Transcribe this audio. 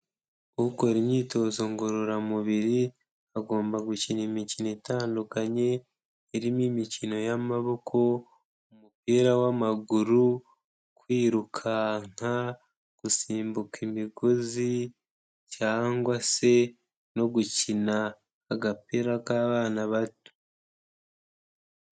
Ukora imyitozo ngororamubiri agomba gukina imikino itandukanye. Irimo imikino y'amaboko, umupira w'amaguru, kwirukanka, gusimbuka imigozi, cyangwa se no gukina agapira k'abana bato.